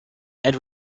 and